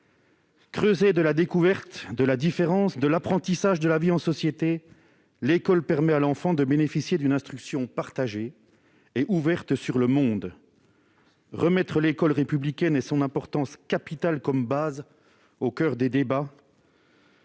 Creuset de la découverte, de la différence, de l'apprentissage de la vie en société, l'école permet à l'enfant de bénéficier d'une instruction partagée et ouverte sur le monde. Remettre l'école républicaine et son importance capitale au coeur des débats